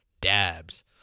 dabs